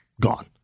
gone